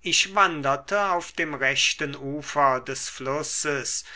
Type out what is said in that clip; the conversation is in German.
ich wanderte auf dem rechten ufer des flusses